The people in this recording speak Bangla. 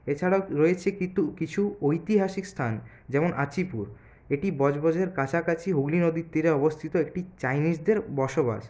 এছাড়াও রয়েছে কিতু কিছু ঐতিহাসিক স্থান যেমন আছিপুর এটি বজবজের কাছাকাছি হুগলী নদীর তীরে অবস্থিত একটি চাইনিজদের বসবাস